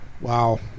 Wow